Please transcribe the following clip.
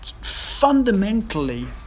fundamentally